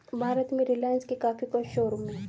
भारत में रिलाइन्स के काफी शोरूम हैं